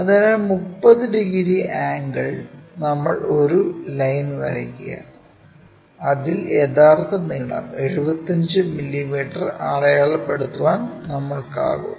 അതിനാൽ 30 degree angle നമ്മൾ ഒരു ലൈൻ വരക്കുക അതിൽ യഥാർത്ഥ നീളം 75 മില്ലീമീറ്റർ അടയാളപ്പെടുത്താൻ നമ്മൾക്കാകും